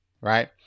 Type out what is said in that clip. Right